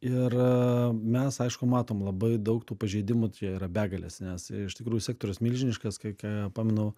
ir a mes aišku matom labai daug tų pažeidimų čia yra begalės nes iš tikrųjų sektorius milžiniškas kiek a pamenu